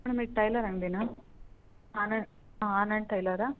madam ಇದು tailor ಅಂಗಡಿನ Anand Anand tailor